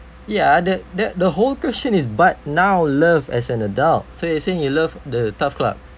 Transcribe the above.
ya the the the whole question is but now love as an adult so you're saying you love the TAF club